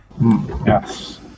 yes